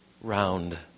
round